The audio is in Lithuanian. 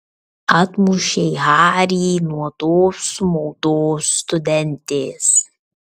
atmušei harį nuo tos sumautos studentės